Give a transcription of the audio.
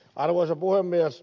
arvoisa puhemies